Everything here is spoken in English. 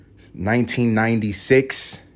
1996